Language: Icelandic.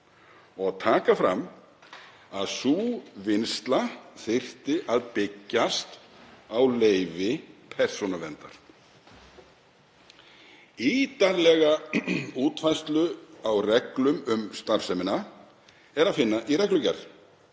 og taka fram að sú vinnsla þyrfti að byggjast á leyfi Persónuverndar. Ítarlega útfærslu á reglum um starfsemina er að finna í reglugerð